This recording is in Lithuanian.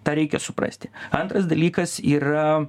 tą reikia suprasti antras dalykas yra